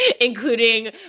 including